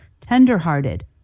tenderhearted